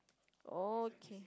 okay